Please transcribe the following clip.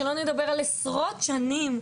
שלא נדבר על עשרות שנים,